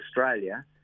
Australia